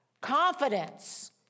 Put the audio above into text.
confidence